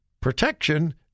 Protection